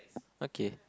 okay